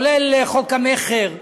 כולל חוק המכר,